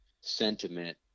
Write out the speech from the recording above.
sentiment